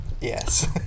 yes